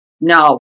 No